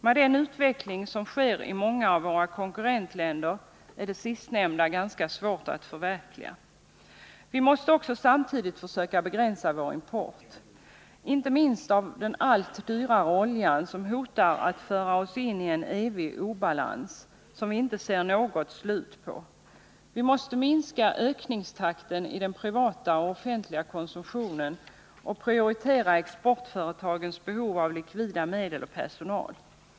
Med den utveckling som sker i många av våra konkurrentländer är det sistnämnda ganska svårt att förverkliga. Vi måste också samtidigt försöka begränsa vår import, inte minst av den allt dyrare oljan, som hotar att föra oss in i en evig obalans som vi inte ser något slut på. Vi måste minska ökningstakten i den privata och offentliga konsumtionen och prioritera exportföretagens behov av likvida medel och personal.